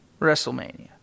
WrestleMania